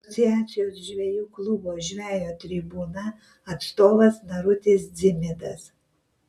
asociacijos žvejų klubo žvejo tribūna atstovas narutis dzimidas